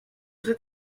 cet